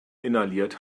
inhaliert